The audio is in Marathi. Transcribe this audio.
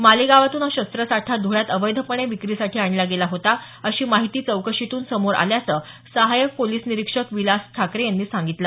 मालेगावातून हा शस्त्र साठा ध्वळ्यात अवैधपणे विक्रीसाठी आणला गेला होता अशी माहिती चौकशीतून समोर आल्याचं सहाय्यक पोलिस निरीक्षक विलास ठाकरे यांनी सांगितलं